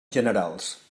generals